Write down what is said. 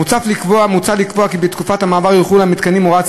מוצע לקבוע כי בתקופת המעבר יחולו על המתקנים הוראות